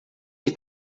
que